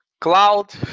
Cloud